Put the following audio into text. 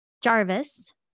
Jarvis